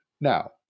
Now